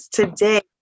today